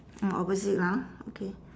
mm opposite lah okay